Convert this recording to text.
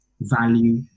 value